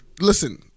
Listen